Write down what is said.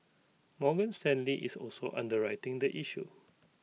Morgan Stanley is also underwriting the issue